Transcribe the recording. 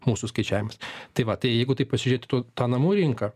mūsų skaičiavimais tai va tai jeigu taip pasižiūrėti tą namų rinką